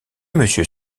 monsieur